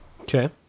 Okay